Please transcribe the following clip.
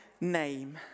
name